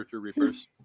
Reapers